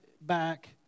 back